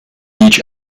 each